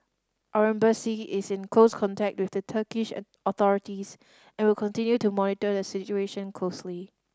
our Embassy is in close contact with the Turkish an authorities and will continue to monitor the situation closely